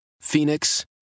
Phoenix